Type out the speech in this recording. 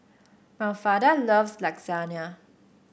Mafalda loves Lasagna